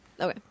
Okay